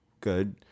good